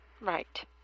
Right